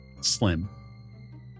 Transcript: slim